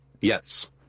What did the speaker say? Yes